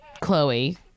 Chloe